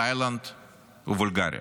תאילנד ובולגריה.